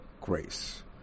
Grace